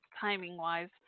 timing-wise